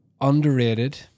underrated